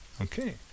Okay